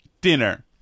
dinner